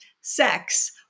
sex